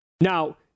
Now